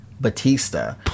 Batista